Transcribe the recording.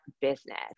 business